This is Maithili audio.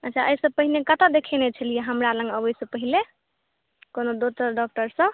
अच्छा अइसँ पहिने कतहु देखेने छलियै हमरा लग अबयसँ पहिले कोनो दोसर डाक्टरसँ